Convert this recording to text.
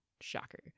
Shocker